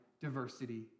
diversity